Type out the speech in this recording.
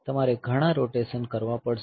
તમારે ઘણા રોટેશન કરવા પડશે